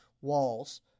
walls